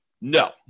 No